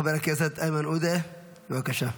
חבר הכנסת איימן עודה, בבקשה.